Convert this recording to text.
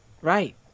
Right